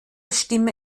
stimme